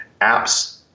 apps